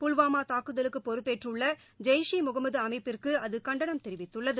புல்வாமா தாக்குதலுக்கு பொறுப்பேற்றுள்ள ஜெயிஸ் ஈ முகமது அமைப்பிற்கு அது கண்டனம் தெரிவித்துள்ளது